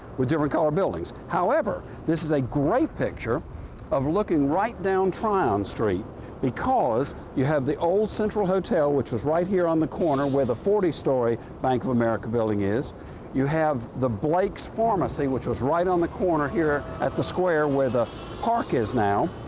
with different colored buildings. however, this is a great picture of looking right down tryon street because you have the old central hotel, which is right here on the corner, where the forty story bank of america building is you have the blake's pharmacy, which was right on the corner here at the square where the park is now.